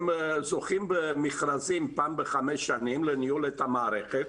הן זוכות במרכזים פעם בחמש שנים לניהול המערכת,